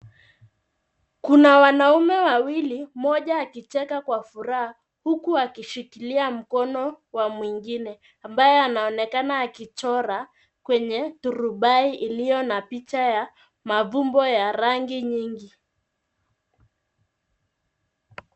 Kuna wanaume wawili, mmoja akicheka kwa furaha huku akishikilia mkono wa mwingine, ambaye anaonekana akichora kwenye turubai iliyo na picha ya mavumbo ya rangi nyingi.